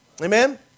Amen